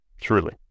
Truly